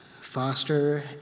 foster